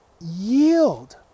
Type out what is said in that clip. yield